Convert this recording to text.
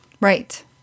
Right